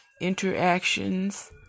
interactions